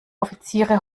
offizielle